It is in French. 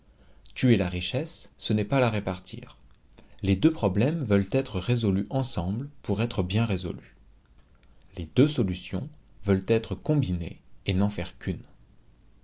tuer la richesse ce n'est pas la répartir les deux problèmes veulent être résolus ensemble pour être bien résolus les deux solutions veulent être combinées et n'en faire qu'une